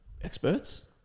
experts